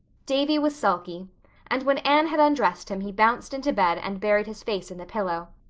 davy was sulky and when anne had undressed him he bounced into bed and buried his face in the pillow.